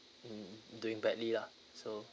mm doing badly lah so